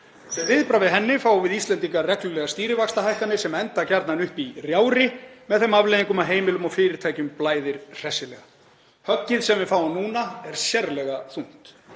Sem viðbragð við henni fáum við Íslendingar reglulega stýrivaxtahækkanir sem enda gjarnan upp í rjáfri með þeim afleiðingum að heimilum og fyrirtækjum blæðir hressilega. Höggið sem við fáum núna er sérlega þungt.